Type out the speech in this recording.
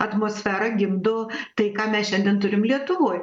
atmosfera gimdo tai ką mes šiandien turim lietuvoj